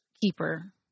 Keeper